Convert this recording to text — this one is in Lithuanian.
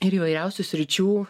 ir įvairiausių sričių